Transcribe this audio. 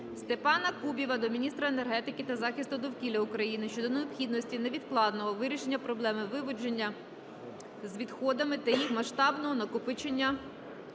Степана Кубіва до міністра енергетики та захисту довкілля України щодо необхідності невідкладного вирішення проблеми поводження з відходами та їх масштабного накопичення